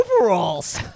overalls